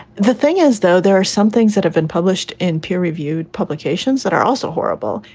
the thing is, though, there are some things that have been published in peer reviewed publications that are also horrible.